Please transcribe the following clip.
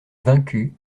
vaincu